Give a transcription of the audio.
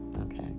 Okay